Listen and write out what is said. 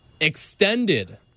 extended